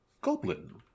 goblin